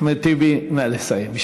אחמד טיבי, נא לסיים.